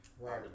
Right